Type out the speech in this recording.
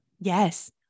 Yes